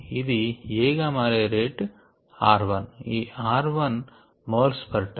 ఇది A గా మారే రేట్ r1 ఈ r1 మోల్స్ పర్ టైమ్